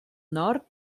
nord